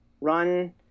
run